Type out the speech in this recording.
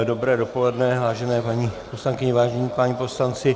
Dobré dopoledne, vážené paní poslankyně, vážení páni poslanci.